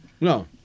no